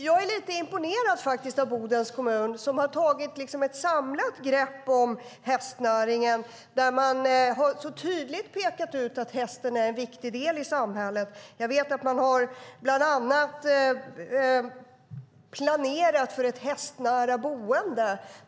Jag är lite imponerad av Bodens kommun som har tagit ett samlat grepp om hästnäringen. De har tydligt pekat ut att hästen är en viktig del i samhället. Jag vet att de bland annat har planerat för ett hästnära boende.